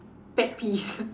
pet peeves